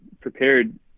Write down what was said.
prepared